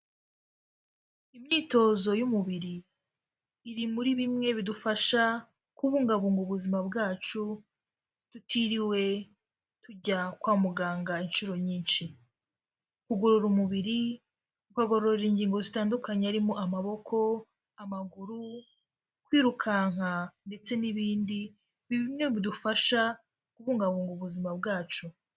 Imyitozo y'umubiri iri muri bimwe bidufasha kubungabunga ubuzima bwacu tutiriwe tujya kwa muganga inshuro nyinshi, ugorora umubiri, ukagorora ingingo zitandukanye, harimo amaboko, amaguru, kwirukanka ndetse n'ibindi, ni bimwe bidufasha kubungabunga ubuzima bwacu.